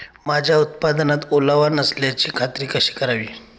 माझ्या उत्पादनात ओलावा नसल्याची खात्री कशी करावी?